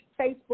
Facebook